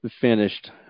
finished